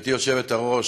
גברתי היושבת-ראש,